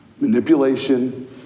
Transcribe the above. Manipulation